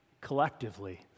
collectively